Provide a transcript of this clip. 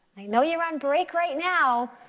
i know you're on break right now,